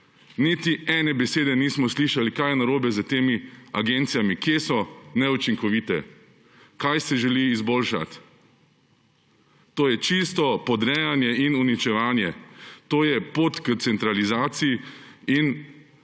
niti ene besede nismo slišali, kaj je narobe s temi agencijami, kje so neučinkovite, kaj se želi izboljšati. To je čisto podrejanje in uničevanje. To je pot k centralizaciji in